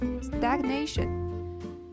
stagnation